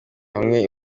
hamwe